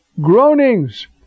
groanings